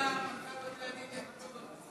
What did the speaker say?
עם קצת ניסיון.